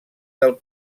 del